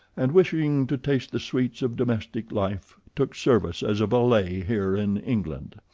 and, wishing to taste the sweets of domestic life, took service as a valet here in england.